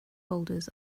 boulders